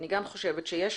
אני גם חושבת שיש